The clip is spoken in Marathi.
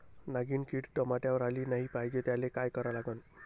नागिन किड टमाट्यावर आली नाही पाहिजे त्याले काय करा लागन?